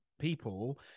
people